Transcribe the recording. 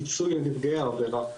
פיצוי לנפגעי העבירה.